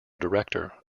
director